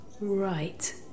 Right